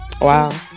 Wow